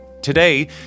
Today